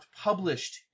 published